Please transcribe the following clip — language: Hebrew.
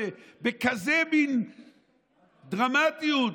בכזה מין דרמטיות,